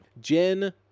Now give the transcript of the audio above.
jen